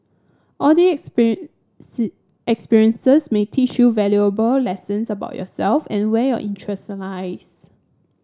all these experiences may teach you valuable lessons about yourself and where your interest lies